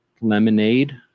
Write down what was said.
lemonade